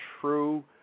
true